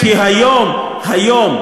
כי היום, היום,